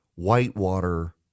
Whitewater